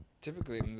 typically